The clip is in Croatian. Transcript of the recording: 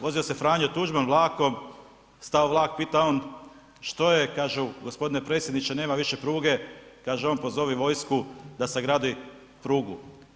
Vozio se Franjo Tuđman vlakom, stao vlak, pita on što je je, kažu g. predsjedniče nema više pruge, kaže on pozovi vojsku da sagradi prugu.